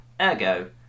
Ergo